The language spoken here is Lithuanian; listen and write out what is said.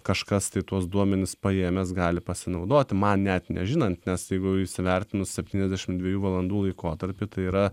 kažkas tai tuos duomenis paėmęs gali pasinaudoti man net nežinant nes jeigu įsivertinus septyniasdešimt dviejų valandų laikotarpį tai yra